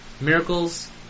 Miracles